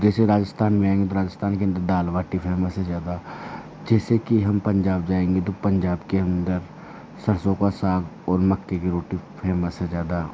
जैसे राजस्थान में आए तो राजस्थान की दाल बाटी फ़ेमस है ज़्यादा जैसे कि हम पंजाब जाएंगे तो पंजाब के अंदर सरसों का साग और मक्के की रोटी फ़ेमस है ज्यादा